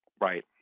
Right